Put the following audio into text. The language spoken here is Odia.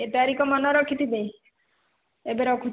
ଏ ତାରିଖ ମନେ ରଖିଥିବେ ଏବେ ରଖୁଛି